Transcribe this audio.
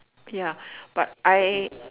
ya but I